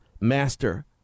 master